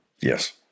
Yes